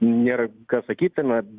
nėra ką sakytume